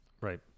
Right